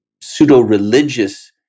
pseudo-religious